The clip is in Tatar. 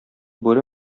бүре